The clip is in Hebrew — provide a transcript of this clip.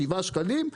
שקלים,